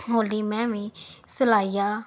ਹੌਲੀ ਮੈਂ ਵੀ ਸਿਲਾਈਆਂ